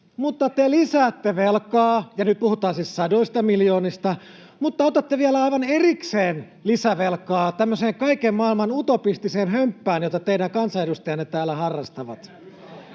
mutta te lisäätte velkaa. Nyt puhutaan siis sadoista miljoonista, mutta otatte vielä aivan erikseen lisävelkaa tämmöiseen kaiken maailman utopistiseen hömppään, jota teidän kansanedustajanne täällä harrastavat.